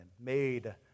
made